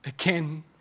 Again